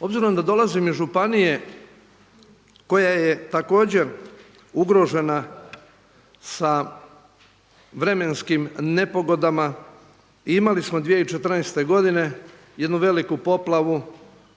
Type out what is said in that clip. Obzirom da dolazim iz županije koja je također ugrožena sa vremenskim nepogodama i imali smo 2014. godine jednu veliku poplavu